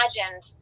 imagined